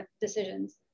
decisions